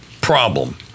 problem